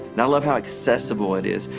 and i love how accessible it is.